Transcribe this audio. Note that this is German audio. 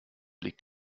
liegt